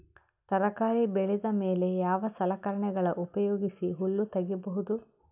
ತರಕಾರಿ ಬೆಳದ ಮೇಲೆ ಯಾವ ಸಲಕರಣೆಗಳ ಉಪಯೋಗಿಸಿ ಹುಲ್ಲ ತಗಿಬಹುದು?